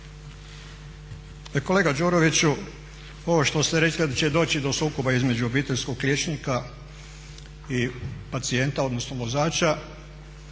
Kolega Đuroviću, ovo što ste rekli da će doći do sukoba između obiteljskog liječnika i pacijenta, odnosno vozača,